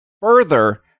further